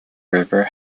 river